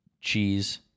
cheese